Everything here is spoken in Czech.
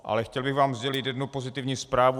Ale chtěl bych vám sdělit jednu pozitivní zprávu.